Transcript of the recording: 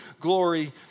glory